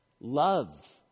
Love